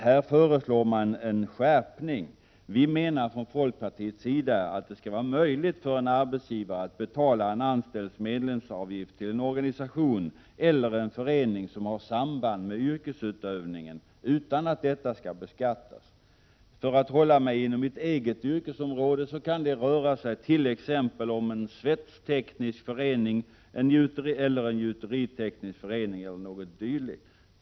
Här föreslås en skärpning av reglerna. Från folkpartiet menar vi att det skall vara möjligt för en arbetsgivare att betala en anställds medlemsavgift till en organisation eller en förening som har samband med yrkesutövningen utan att detta skall beskattas. För att hålla mig inom mitt eget yrkesområde kan det röra sig om t.ex. en svetsteknisk förening eller en gjuteriteknisk förening eller något dylikt.